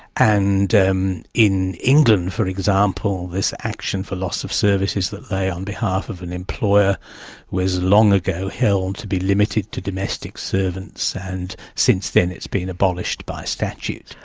and um in england, for example, this action for loss of services that lay on behalf of an employer was long ago held to be limited to domestic servants, and since then it's been abolished by statute.